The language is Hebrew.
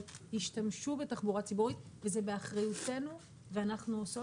ישתמשו בתחבורה ציבורית וזה באחריותנו ואנחנו עושות,